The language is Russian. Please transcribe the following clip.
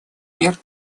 мер